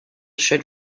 should